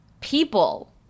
people